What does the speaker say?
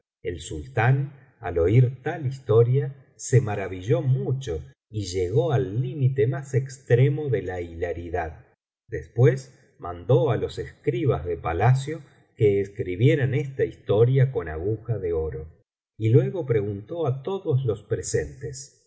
el sultán al oir tal historia se maravilló mucho y llegó al límite más extremo de la hilaridad después mandó á los escribas de palacio que escribieran esta historia con aguja de oro y luego preguntó á todos los presentes